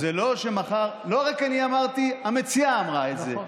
לא רק אני אמרתי, המציעה אמרה את זה.